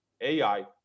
AI